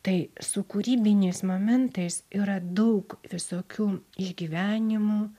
tai su kūrybiniais momentais yra daug visokių išgyvenimų